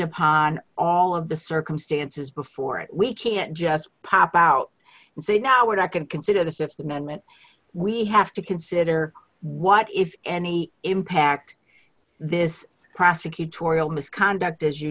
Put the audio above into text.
upon all of the circumstances before it we can't just pop out and say now i can consider the th amendment we have to consider what if any impact this prosecutorial misconduct as you